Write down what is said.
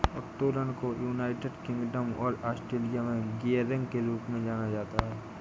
उत्तोलन को United Kingdom और ऑस्ट्रेलिया में गियरिंग के रूप में जाना जाता है